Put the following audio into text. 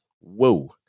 whoa